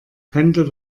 pendel